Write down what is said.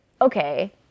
okay